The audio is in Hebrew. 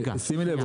שימי לב,